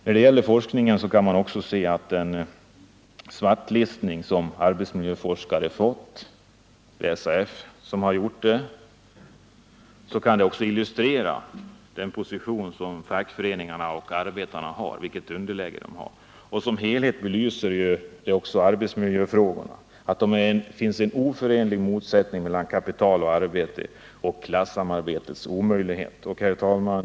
När det gäller forskning kan man också säga att den svartlistning av arbetsmiljöforskare som SAF har gjort illustrerar den position som fackföreningarna och arbetarna har, nämligen ett underläge. Som helhet belyser också arbetsmiljöfrågorna att det finns en oförenlig motsättning mellan kapital och arbete samt klassamarbetets omöjlighet. Herr talman!